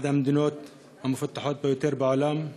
אחת המדינות המפותחות ביותר בעולם,